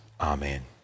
Amen